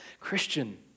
Christian